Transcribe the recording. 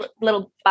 little